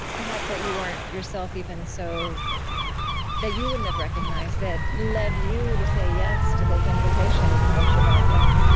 perhaps that you weren't, yourself, even so that you wouldn't have recognized, that led you to say yes to this invitation to have shabbat dinner?